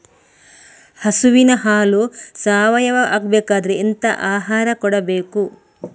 ಹಸುವಿನ ಹಾಲು ಸಾವಯಾವ ಆಗ್ಬೇಕಾದ್ರೆ ಎಂತ ಆಹಾರ ಕೊಡಬೇಕು?